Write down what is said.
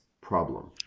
Problem